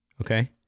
okay